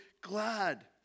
glad